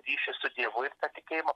ryšį su dievu ir tą tikėjimą